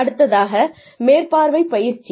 அடுத்ததாக மேற்பார்வை பயிற்சி